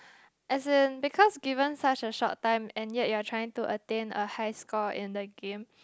as in because given such a short time and yet you're trying to attain a high score in the game